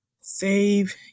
Save